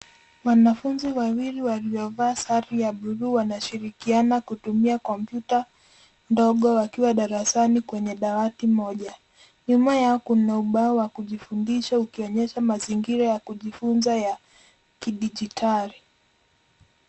Wanafunzi wawili waliovaa sare ya buluu wanashirikiana kutumia kompyuta ndogo wakiwa darasani kwenye dawati moja. Nyuma yao kuna ubao wa kujifundisha ukionyesha mazingira ya kujifunza ya kidijitali.